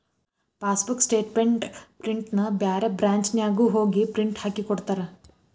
passbook statement ಪ್ರಿಂಟ್ನ ಬ್ಯಾರೆ ಬ್ರಾಂಚ್ನ್ಯಾಗು ಹೋಗಿ ಪ್ರಿಂಟ್ ಹಾಕಿಕೊಡ್ತಾರ